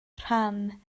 rhan